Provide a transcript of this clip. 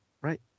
right